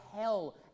hell